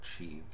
achieved